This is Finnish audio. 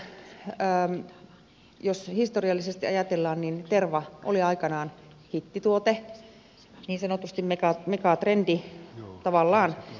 vientituotteista jos historiallisesti ajatellaan terva oli aikanaan hittituote niin sanotusti megatrendi tavallaan